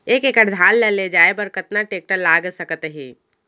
एक एकड़ धान ल ले जाये बर कतना टेकटर लाग सकत हे?